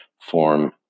form